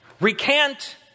Recant